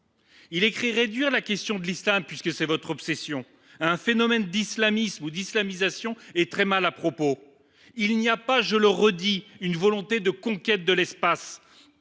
presse :« Réduire la question de l’islam – puisque c’est votre obsession, mes chers collègues – à un phénomène d’islamisme ou d’islamisation est très mal à propos. Il n’y a pas, je le redis, une volonté de conquête de l’espace.